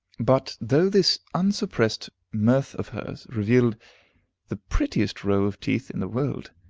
but though this unsuppressed mirth of hers revealed the prettiest row of teeth in the world,